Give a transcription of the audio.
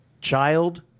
Child